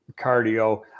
cardio